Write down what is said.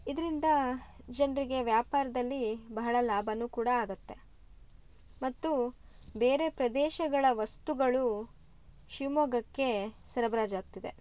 ಇದರಿಂದ ಜನರಿಗೆ ವ್ಯಾಪಾರದಲ್ಲಿ ಬಹಳ ಲಾಭನೂ ಕೂಡ ಆಗತ್ತೆ ಮತ್ತು ಬೇರೆ ಪ್ರದೇಶಗಳ ವಸ್ತುಗಳು ಶಿವಮೊಗ್ಗಕ್ಕೆ ಸರಬರಾಜು ಆಗ್ತಿದೆ